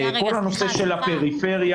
כל הנושא של הפריפריה,